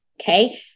okay